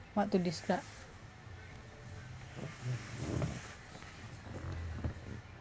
what to describe